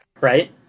right